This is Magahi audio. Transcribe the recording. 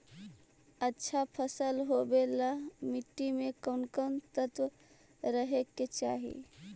अच्छा फसल होबे ल मट्टी में कोन कोन तत्त्व रहे के चाही?